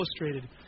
illustrated